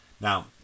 now